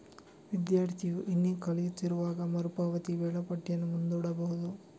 ವಿದ್ಯಾರ್ಥಿಯು ಇನ್ನೂ ಕಲಿಯುತ್ತಿರುವಾಗ ಮರು ಪಾವತಿ ವೇಳಾಪಟ್ಟಿಯನ್ನು ಮುಂದೂಡಬಹುದು